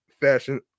fashion